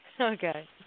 Okay